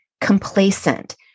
complacent